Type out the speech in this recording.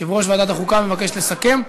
יושב-ראש ועדת החוקה מבקש לסכם,